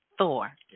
Thor